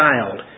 child